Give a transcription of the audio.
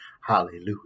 Hallelujah